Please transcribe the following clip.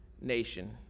nation